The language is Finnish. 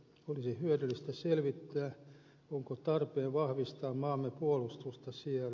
olisi hyödyllistä selvittää onko tarpeen vahvistaa maamme puolustusta siellä